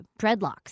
dreadlocks